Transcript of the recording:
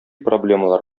проблемалар